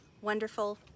wonderful